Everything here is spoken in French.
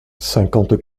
cinquante